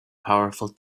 powerful